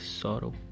Sorrow